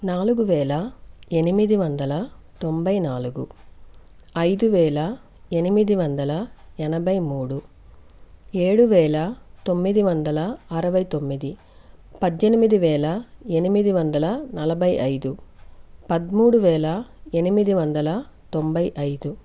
నాలుగు వేల ఎనిమిది వందల తొంభై నాలుగు ఐదు వేల ఎనిమిది వందల ఎనభై మూడు ఏడు వేల తొమ్మిది వందల అరవై తొమ్మిది పద్దెనిమిది వేల ఎనిమిది వందల నలభై ఐదు పదమూడు వేల ఎనిమిది వందల తొంభై ఐదు